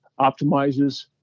optimizes